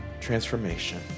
transformation